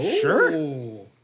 Sure